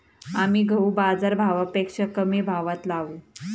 आम्ही गहू बाजारभावापेक्षा कमी भावात लावू